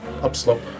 upslope